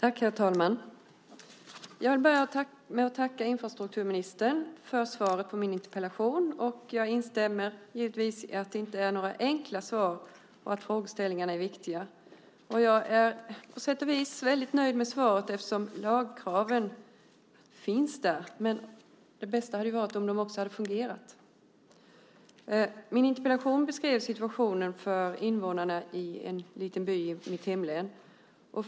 Herr talman! Jag vill börja med att tacka infrastrukturministern för svaret på min interpellation. Jag instämmer givetvis i att det inte är några enkla svar och att frågeställningarna är viktiga. Jag är på sätt och vis väldigt nöjd med svaret, eftersom lagkraven finns där, men det bästa hade varit om det också hade fungerat. Min interpellation beskrev situationen för invånarna i en liten by i mitt hemlän.